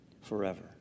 forever